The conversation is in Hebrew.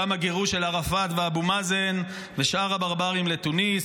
גם הגירוש של ערפאת ואבו מאזן ושאר הברברים לתוניס,